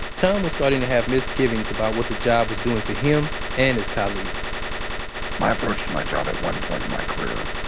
tom was starting to have misgivings about what the job was doing to him and his colleagues my approach to my job, at one point in my career,